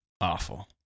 awful